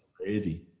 Crazy